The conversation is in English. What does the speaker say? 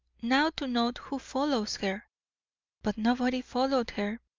now to note who follows her but nobody followed her.